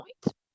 point